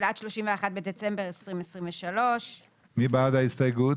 "עד 31 בדצמבר 2023". מי בעד ההסתייגות?